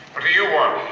what do you want?